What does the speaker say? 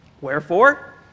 Wherefore